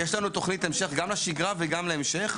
יש לנו תוכנית המשך גם לשגרה וגם להמשך.